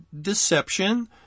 deception